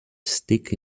stick